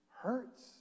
hurts